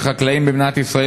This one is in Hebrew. כחקלאים במדינת ישראל,